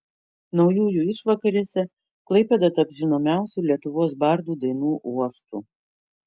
naujųjų išvakarėse klaipėda taps žinomiausių lietuvos bardų dainų uostu